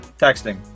Texting